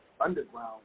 underground